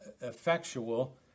effectual